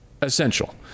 essential